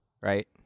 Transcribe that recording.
right